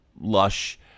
lush